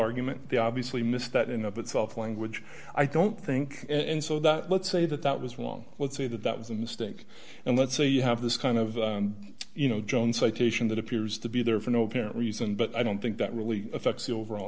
argument they obviously missed that in of itself language i don't think and so that let's say that that was wrong let's say that that was a mistake and let's say you have this kind of you know joan citation that appears to be there for no apparent reason but i don't think that really affects the overall